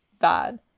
bad